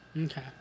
Okay